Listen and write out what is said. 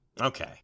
Okay